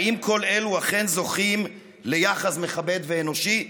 האם כל אלה אכן זוכים ליחס מכבד ואנושי?